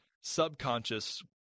subconscious